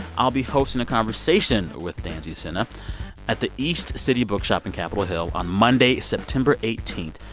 i'll be hosting a conversation with danzy senna at the east city bookshop in capitol hill on monday, september eighteen.